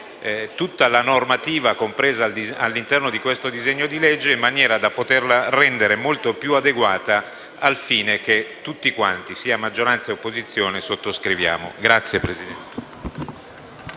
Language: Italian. tutta la normativa compresa all'interno del disegno di legge in maniera da poterla rendere molto più adeguata al fine che tutti quanti, maggioranza e opposizione, sottoscriviamo.